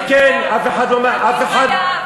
זכותם